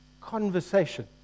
conversation